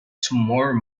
tomorrow